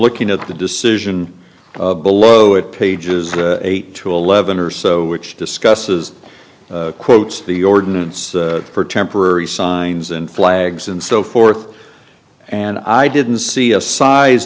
looking at the decision below at pages eight to eleven or so which discusses quotes the ordinance for temporary signs and flags and so forth and i didn't see a size